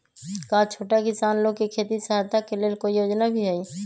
का छोटा किसान लोग के खेती सहायता के लेंल कोई योजना भी हई?